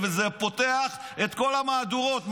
וזה היה פותח את כל המהדורות.